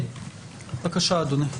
בבקשה, אדוני.